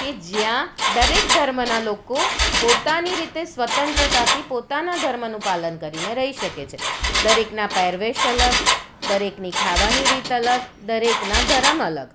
કે જ્યાં દરેક ધર્મનાં લોકો પોતાની રીતે સ્વતંત્રતાથી પોતાના ધર્મનું પાલન કરીને રહી શકે છે દરેકના પહેરવેશ અલગ દરેકની ખાવાની રીત અલગ દરેકના ધર્મ અલગ